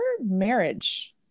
marriage